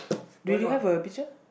do you have a picture